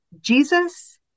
Jesus